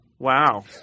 Wow